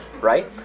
right